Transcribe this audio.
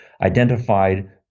identified